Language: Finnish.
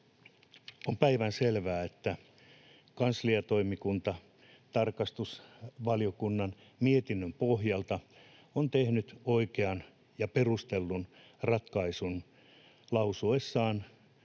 on päivänselvää, että kansliatoimikunta tarkastusvaliokunnan mietinnön pohjalta on tehnyt oikean ja perustellun ratkaisun lausuessaan